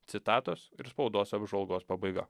citatos ir spaudos apžvalgos pabaiga